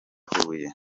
huye